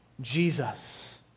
Jesus